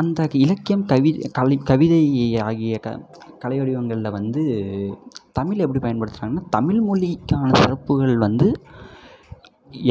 அந்த இலக்கியம் கவி கவிதை ஆகிய க கலை வடிவங்களில் வந்து தமிழ் எப்படி பயன்படுத்துறாங்கனா தமிழ்மொழிக்கான சிறப்புகள் வந்து